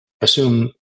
assume